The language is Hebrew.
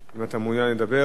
אם אתה מעוניין לדבר.